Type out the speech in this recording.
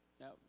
no